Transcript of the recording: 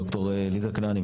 ד"ר ליזה כנעני,